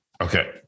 Okay